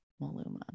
Maluma